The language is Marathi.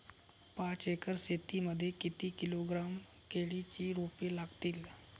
पाच एकर शेती मध्ये किती किलोग्रॅम केळीची रोपे लागतील?